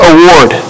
Award